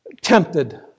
tempted